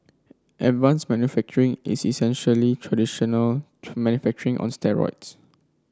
advanced manufacturing is essentially traditional manufacturing on steroids